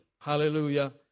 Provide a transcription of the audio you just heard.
Hallelujah